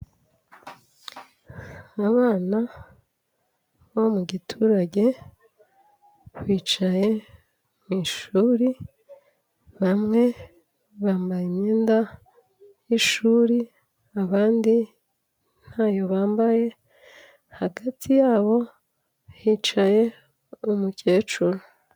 Abana bo mu giturage bicaye mu ishuri bamwe bambaye imyenda y'ishuri abandi ntayo bambaye, hagati y'abo hicaye umukecuru.